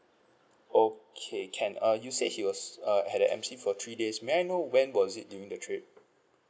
okay can uh you said he was uh had a M_C for three days may I know when was it during the trip